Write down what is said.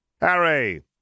Harry